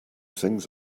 things